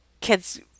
kids